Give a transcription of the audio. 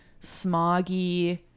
smoggy